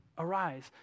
Arise